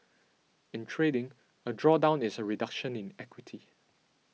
in trading a drawdown is a reduction in equity